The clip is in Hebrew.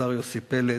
לשר יוסי פלד.